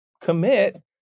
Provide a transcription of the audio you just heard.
commit